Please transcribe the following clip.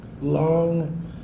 long